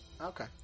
Okay